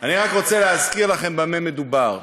אני רק רוצה להזכיר לכם במה מדובר: